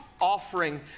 offering